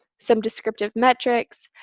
some descriptive metrics,